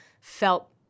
felt –